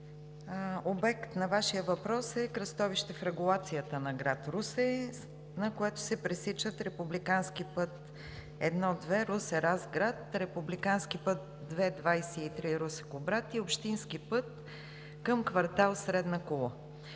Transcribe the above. Обект на Вашия въпрос е кръстовище в регулацията на град Русе, на което се пресичат републикански път І-2 Русе – Разград, републикански път ІІ-23 Русе – Кубрат и общински път към квартал „Средна кула“.